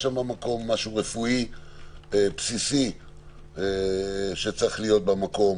רפואי בסיסי שצריך להיות במקום.